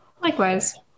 Likewise